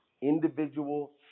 individual